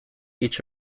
each